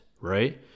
right